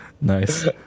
Nice